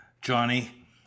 Johnny